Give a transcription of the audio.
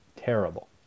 terrible